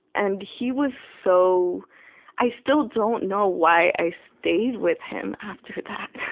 and he was so i still don't know why i stayed with him after that.